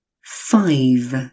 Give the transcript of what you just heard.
five